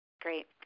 Great